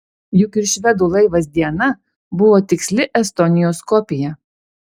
juk ir švedų laivas diana buvo tiksli estonijos kopija